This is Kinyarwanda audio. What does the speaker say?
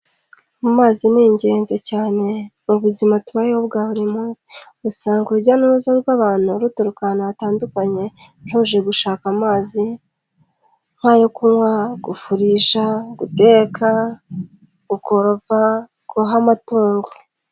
Amazi ni ingenzi cyane mu buzima tubayeho bwa buri munsi. Usanga urujya n'uruza rw'abantu ruturuka ahantu hatandukanye, ruje gushaka amazi nk'ayo kunywa, gufurisha, guteka, gukoropa, guha amatungo.